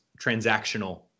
transactional